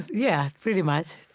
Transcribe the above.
yeah. pretty much.